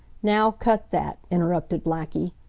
now, cut that, interrupted blackie.